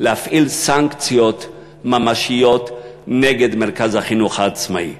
להפעיל סנקציות ממשיות נגד מרכז החינוך העצמאי.